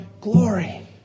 glory